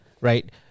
right